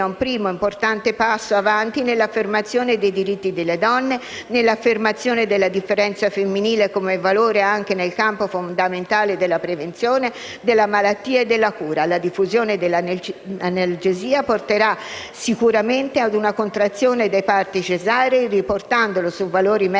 un primo importante passo avanti nell'affermazione dei diritti delle donne, nell'affermazione della differenza femminile come valore anche nel campo fondamentale della prevenzione, della malattia e della cura. La diffusione dell'analgesia porterà inoltre sicuramente ad una contrazione dei parti cesarei, riportandolo su valori medi nazionali,